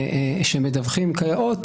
שמדווחים כיאות,